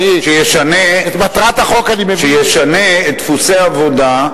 שישנה את דפוסי העבודה,